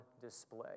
display